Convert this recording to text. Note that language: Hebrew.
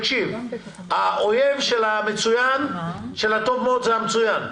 האויב של הטוב מאוד זה המצוין.